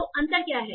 तो अंतर क्या है